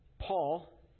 Paul